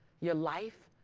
your life